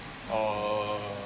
err